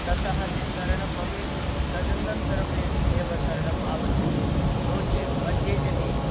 ततः निःसरणं भवेत् तदन्तरम् ए एव तरणम् आवश्यकं नो चेत् मध्ये यदि